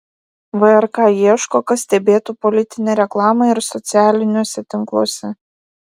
vrk ieško kas stebėtų politinę reklamą ir socialiniuose tinkluose